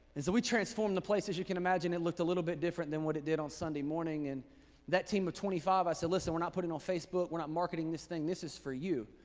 we transform the places you can imagine it looked a little bit different than what it did on sunday morning and that team of twenty five, i said, listen, we're not putting on facebook, we're not marketing this thing. this is for you.